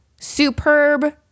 Superb